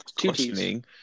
questioning